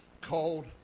cold